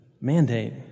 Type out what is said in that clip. mandate